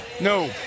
No